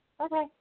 Okay